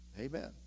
Amen